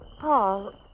Paul